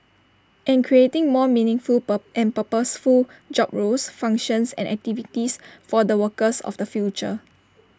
and creating more meaningful and purposeful job roles functions and activities for the workers of the future